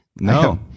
No